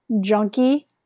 junkie